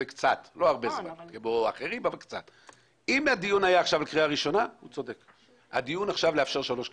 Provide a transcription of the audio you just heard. צודק, אבל הדיון עכשיו הוא לאשר שלוש קריאות.